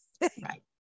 Right